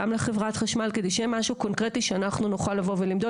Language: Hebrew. גם לחברת חשמל - כדי שיהיה משהו קונקרטי שאנחנו נוכל לבוא ולמדוד.